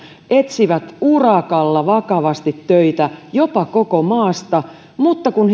etsivät urakalla vakavasti töitä jopa koko maasta mutta kun